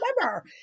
remember